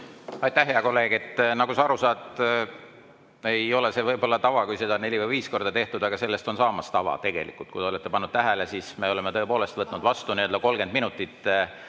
Aitäh, hea kolleeg! Nagu sa aru saad, ei ole see võib‑olla tava, kui seda on neli või viis korda tehtud, aga sellest on saamas tava, tegelikult. Kui olete pannud tähele, siis me oleme tõepoolest võtnud [eelnõusid] vastu 30 minutit.